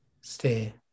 stay